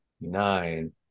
Nine